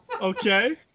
Okay